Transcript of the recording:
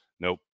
Nope